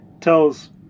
tells